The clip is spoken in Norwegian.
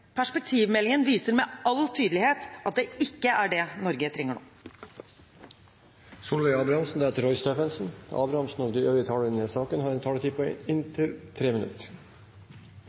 Perspektivmeldingen viser med all tydelighet at det ikke er det Norge trenger nå. De talere som heretter får ordet, har en taletid på inntil 3 minutter.